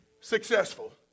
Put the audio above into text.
successful